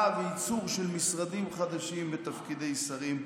וייצור של משרדים חדשים ותפקידי שרים.